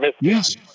yes